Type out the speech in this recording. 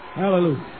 Hallelujah